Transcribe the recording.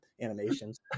animations